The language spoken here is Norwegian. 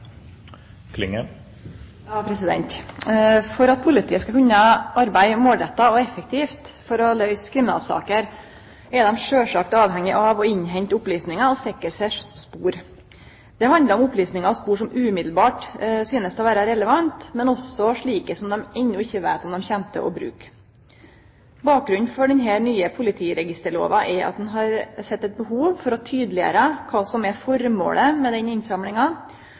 For at politiet skal kunne arbeide målretta og effektivt for å løyse kriminalsaker, er dei sjølvsagt avhengige av å innhente opplysningar og sikre seg spor. Det handlar om opplysningar og spor som umiddelbart synest å vere relevante, men også slike som dei enno ikkje veit om dei kjem til å bruke. Bakgrunnen for denne nye politiregisterlova er at ein har sett eit behov for å tydeleggjere kva som er formålet med denne innsamlinga